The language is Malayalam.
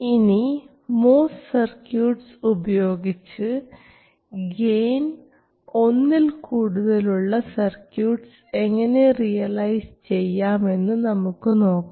ഇനി MOS സർക്യൂട്ട്സ് ഉപയോഗിച്ച് ഗെയിൻ ഒന്നിൽ കൂടുതലുള്ള സർക്യൂട്ട്സ് എങ്ങനെ റിയലൈസ് ചെയ്യാം എന്ന് നമുക്ക് നോക്കാം